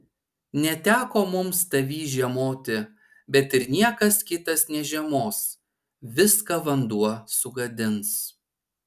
neteko mums tavyj žiemoti bet ir niekas kitas nežiemos viską vanduo sugadins